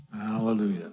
Hallelujah